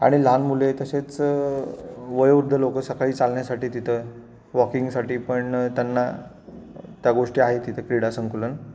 आणि लहान मुले तसेच वयोवृद्ध लोकं सकाळी चालण्यासाठी तिथं वॉकिंगसाठी पण त्यांना त्या गोष्टी आहे तिथं क्रीडा संकुल